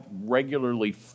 regularly